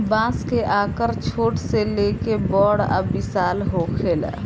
बांस के आकर छोट से लेके बड़ आ विशाल होखेला